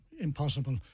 impossible